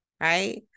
right